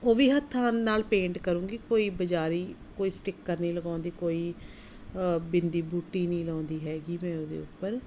ਉਹ ਵੀ ਹੱਥਾਂ ਨਾਲ ਪੇਂਟ ਕਰੂੰਗੀ ਕੋਈ ਬਜ਼ਾਰੀ ਕੋਈ ਸਟਿੱਕਰ ਨਹੀਂ ਲਗਵਾਉਂਦੀ ਕੋਈ ਬਿੰਦੀ ਬੂਟੀ ਨਹੀਂ ਲਗਾਉਂਦੀ ਹੈਗੀ ਮੈਂ ਉਹਦੇ ਉੱਪਰ